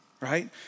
Right